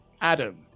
Adam